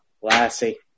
classy